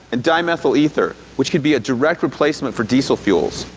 and dimethyl-ether, which could be a direct replacement for diesel fuels.